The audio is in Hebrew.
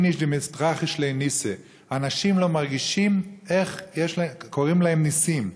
איניש דמתרחיש ליה ניסא: אנשים לא מרגישים איך קורים להם נסים.